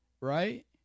Right